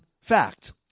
fact